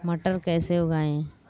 मटर कैसे उगाएं?